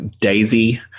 Daisy